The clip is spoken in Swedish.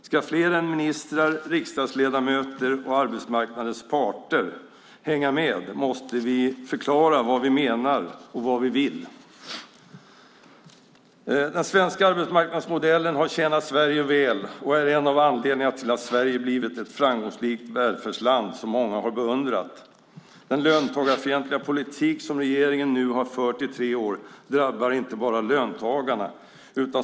Om fler än ministrar, riksdagsledamöter och arbetsmarknadens parter ska kunna hänga med måste vi förklara vad vi menar och vad vi vill. Den svenska arbetsmarknadsmodellen har tjänat Sverige väl och är en av anledningarna till att Sverige blivit ett framgångsrikt välfärdsland som många har beundrat. Den löntagarfientliga politik som regeringen nu har fört i tre år drabbar inte bara löntagarna.